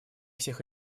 всех